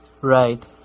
Right